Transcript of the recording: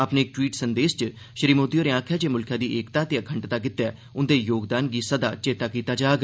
अपने इक ट्वीट च श्री मोदी होरें आकखेआ जे मुल्खे दी एकता ते अखंडता लेई उंदे योगदान गी महेषां चेता कीता जाग